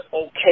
okay